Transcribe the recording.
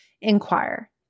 inquire